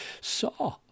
saw